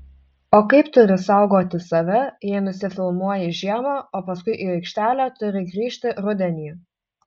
o kaip turi saugoti save jei nusifilmuoji žiemą o paskui į aikštelę turi grįžti rudenį